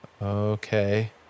okay